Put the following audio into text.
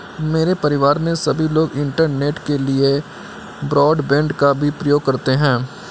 मेरे परिवार में सभी लोग इंटरनेट के लिए ब्रॉडबैंड का भी प्रयोग करते हैं